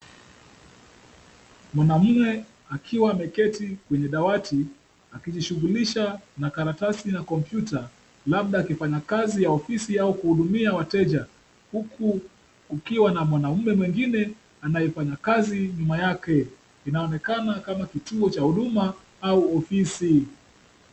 Mwanaume akiwa ameketi kwenye dawati akijishughulisha na karatasi na kompyuta, labda akifanya kazi ya ofisi au kuhudumia wateje, huku kukiwa na mwanaume mwingine anayefanya kazi nyuma yake. Inaonekana kama kituo cha huduma au ofisi.